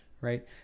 right